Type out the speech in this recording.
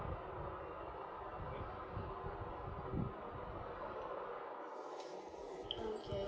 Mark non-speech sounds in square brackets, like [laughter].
[breath] okay